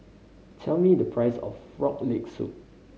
tell me the price of Frog Leg Soup